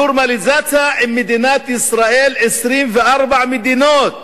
נורמליזציה עם מדינת ישראל, 24 מדינות,